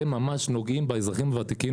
והם ממש נוגעים באזרחים הוותיקים.